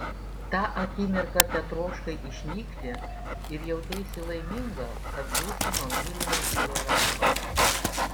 tą akimirką tetroškai išnykti ir jauteisi laiminga kad žūsi nuo mylimo vyro rankos